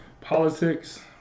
politics